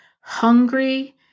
hungry